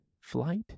Flight